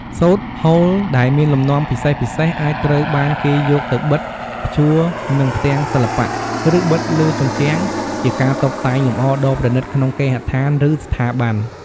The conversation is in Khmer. សូត្រហូលដែលមានលំនាំពិសេសៗ អាចត្រូវបានគេយកទៅបិតភ្ជួរនឹងផ្ទាំងសិល្បៈ ឬបិទលើជញ្ជាំងជាការតុបតែងលម្អដ៏ប្រណីតក្នុងគេហដ្ឋាន ឬស្ថាប័ន។